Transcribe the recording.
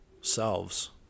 selves